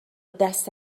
دست